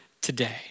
today